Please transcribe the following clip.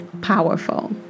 powerful